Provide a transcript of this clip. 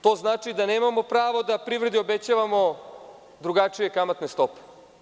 To znači da nemamo pravo da privredi obećavamo drugačije kamatne stope.